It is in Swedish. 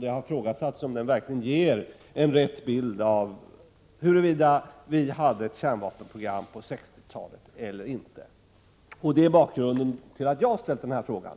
Det har ifrågasatts om den verkligen ger en riktig bild av huruvida vi hade ett kärnvapenprogram på 1960-talet eller inte. Det är bakgrunden till att jag har ställt denna fråga.